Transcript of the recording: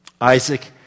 Isaac